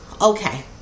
Okay